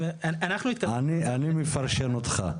אני מפרשן אותך.